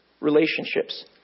relationships